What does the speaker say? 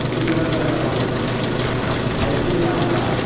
सुन्दर लग रहा हो उस समय ऐसी यादगार